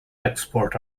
export